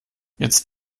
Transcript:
jetzt